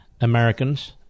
Americans